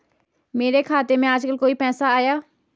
मेरे खाते में आजकल कोई पैसा आया?